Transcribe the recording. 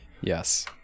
Yes